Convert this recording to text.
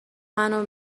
منو